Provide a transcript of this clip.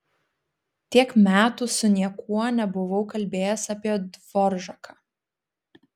tiek metų su niekuo nebuvau kalbėjęs apie dvoržaką